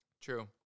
True